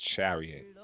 Chariot